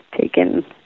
taken